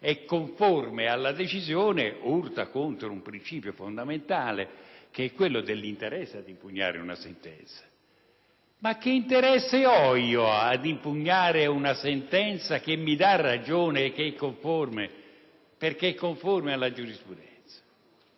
conforme alla decisione: ciò urta infatti contro un principio fondamentale, che è quello dell'interesse ad impugnare una sentenza. Che interesse ho ad impugnare una sentenza che mi dà ragione e che è conforme alla giurisprudenza?